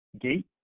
gate